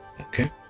Okay